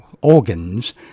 organs